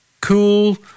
cool